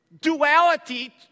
duality